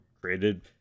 created